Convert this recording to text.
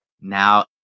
Now